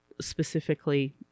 specifically